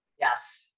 Yes